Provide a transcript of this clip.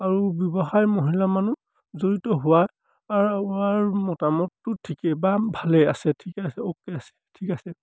আৰু ব্যৱসায় মহিলা মানুহ জড়িত হোৱা হোৱাৰ মতামতটো ঠিকেই বা ভালেই আছে ঠিকে আছে অ'কে আছে ঠিক আছে